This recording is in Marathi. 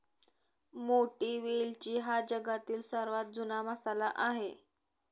मोठी वेलची हा जगातील सर्वात जुना मसाला आहे